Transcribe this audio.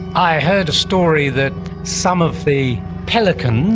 i heard a story that some of the pelicans